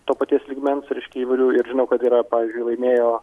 to paties lygmens reiškia įvairių ir žinau kad yra pavyzdžiui laimėjo